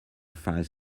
five